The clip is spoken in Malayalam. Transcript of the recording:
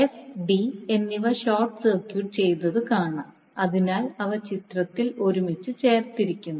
എഫ് ഡി എന്നിവ ഷോർട്ട് സർക്യൂട്ട് ചെയ്തത് കാണാം അതിനാൽ അവ ചിത്രത്തിൽ ഒരുമിച്ച് ചേർത്തിരിക്കുന്നു